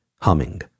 humming